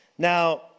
Now